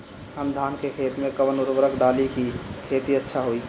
हम धान के खेत में कवन उर्वरक डाली कि खेती अच्छा होई?